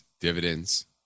dividends